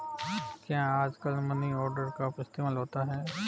क्या आजकल money order का इस्तेमाल होता है?